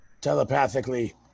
telepathically